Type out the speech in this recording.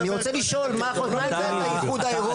אני רוצה לשאול מה עמדת האיחוד האירופי פה.